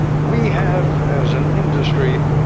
we have, as an industry,